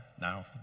now